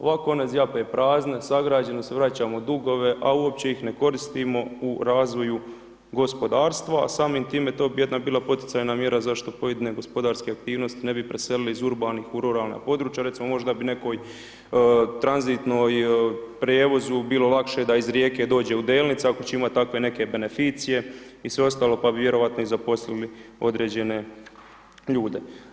Ovako zjape prazne, sagrađene su, vraćamo dugove a uopće ih koristimo u razvoju gospodarstva a samim time to bi jedna bila poticajna mjera zašto pojedine gospodarske aktivnosti ne bi preselili iz urbanih u ruralna područja, recimo možda bi nekoj tranzitnom prijevozu bilo lakše da iz Rijeke dođe u Delnice ako će imati takve neke beneficije i sve ostalo pa bi vjerojatno i zaposlili određene ljude.